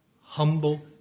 humble